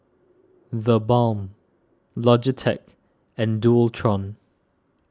the Balm Logitech and Dualtron